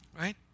right